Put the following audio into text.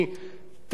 תקציב יש.